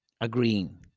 agreeing